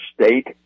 state